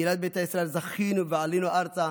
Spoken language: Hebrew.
קהילת ביתא ישראל, זכינו ועלינו ארצה